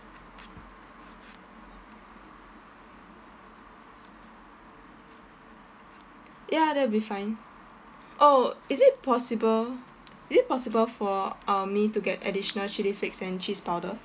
ya that'll be fine oh is it possible is it possible for uh me to get additional chilli flakes and cheese powder